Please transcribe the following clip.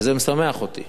וזה משמח אותי